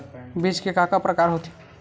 बीज के का का प्रकार होथे?